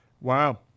Wow